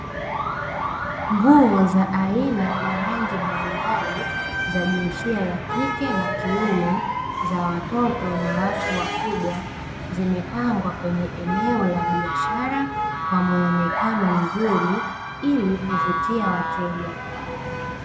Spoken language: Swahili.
Nguo za aina na rangi mbalimbali za jinsia ya kike na kiume, za watoto na watu wakubwa, zimepangwa kwenye eneo la biashara, kwa muonekano mzuri, ili kuvutia wateja.